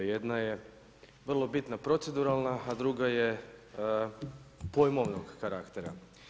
Jedna je vrlo bitna proceduralna, a druga je pojmovnog karaktera.